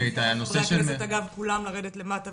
חברי הכנסת, אגב, כולם לרדת למטה